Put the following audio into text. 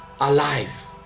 alive